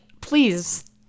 please